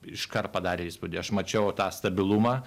iškart padarė įspūdį aš mačiau tą stabilumą